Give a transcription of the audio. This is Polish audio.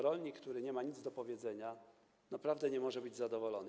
Rolnik, który nie ma nic do powiedzenia, naprawdę nie może być zadowolony.